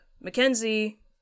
Mackenzie